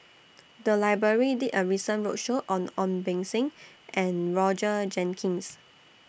The Library did A roadshow on Ong Beng Seng and Roger Jenkins